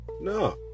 No